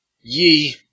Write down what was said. Yee